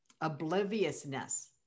obliviousness